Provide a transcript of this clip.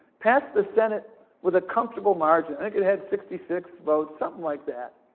passed the senate with a comfortable margin. i think it had sixty six votes, something like that.